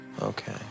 Okay